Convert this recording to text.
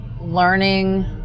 learning